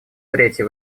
третий